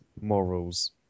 morals